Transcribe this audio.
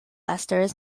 esters